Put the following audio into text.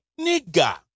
Nigga